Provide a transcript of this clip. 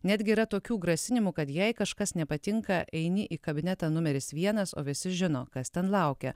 netgi yra tokių grasinimų kad jei kažkas nepatinka eini į kabinetą numeris vienas o visi žino kas ten laukia